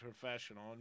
professional